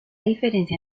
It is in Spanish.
diferencia